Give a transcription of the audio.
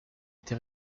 été